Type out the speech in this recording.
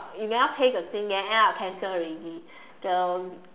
you never pay the thing then end up cancel already the